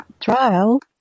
Trial